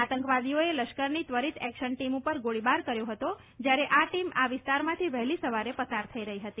આતંકવાદીઓએ લશ્કરની ત્વરિત એકશન ટીમ પર ગોળીબાર કર્યો હતો કે જ્યારે આ ટીમ આ વિસ્તારમાંથી વહેલી સવારે પસાર થઈ રહી હતી